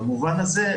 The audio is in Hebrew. במובן הזה,